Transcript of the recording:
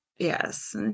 Yes